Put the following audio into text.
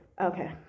Okay